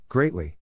Greatly